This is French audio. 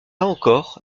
encore